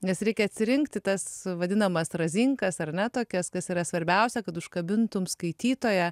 nes reikia atsirinkti tas vadinamas razinkas ar na tokias kas yra svarbiausia kad užkabintum skaitytoją